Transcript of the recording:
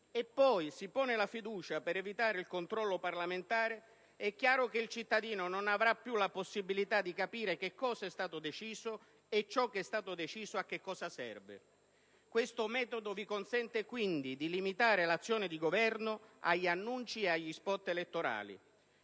e poi si pone la fiducia per evitare il controllo parlamentare, è chiaro che il cittadino non avrà più la possibilità di capire che cosa è stato deciso, e a che cosa serve ciò che è stato deciso. Questo metodo vi consente di limitare l'azione di governo agli annunci e agli spot elettorali.